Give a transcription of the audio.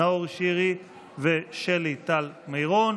נאור שירי ושלי טל מירון,